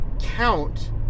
count